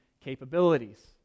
capabilities